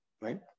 Right